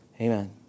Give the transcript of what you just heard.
Amen